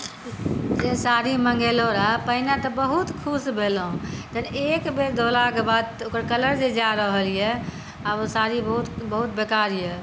जे साड़ी मङ्गेलहुँ रहऽ पहिले तऽ बहुत खुश भेलहुँ लेकिन एक बेर धोलाके बाद तऽ ओकर कलर जे जा रहल यऽ आओर ओ साड़ी बहुत बेकार यऽ